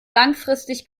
langfristig